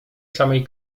samej